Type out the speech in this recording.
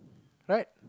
right